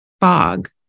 fog